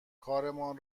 کارمان